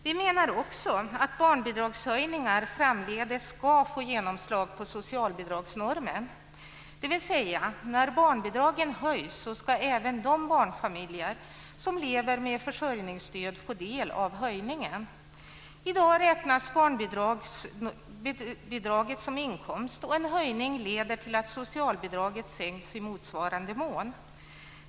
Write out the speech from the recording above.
Vi menar också att barnbidragshöjningar framdeles ska få genomslag på socialbidragsnormen, dvs. när barnbidragen höjs ska även de barnfamiljer som lever med försörjningsstöd få del av höjningen. I dag räknas barnbidraget som inkomst, och en höjning leder till att socialbidraget sänks i motsvarande mån.